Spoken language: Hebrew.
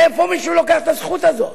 מאיפה מישהו לוקח את הזכות הזאת?